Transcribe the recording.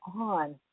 on